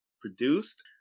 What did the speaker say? produced